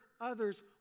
others